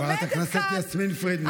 חברת הכנסת יסמין פרידמן.